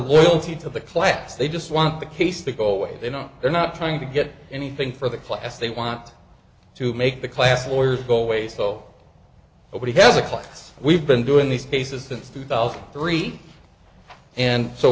loyalty to the class they just want the case to go away they know they're not trying to get anything for the class they want to make the class lawyers go away so nobody has a class we've been doing these cases since two thousand and three and so